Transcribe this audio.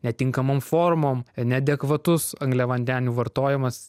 netinkamom formom neadekvatus angliavandenių vartojimas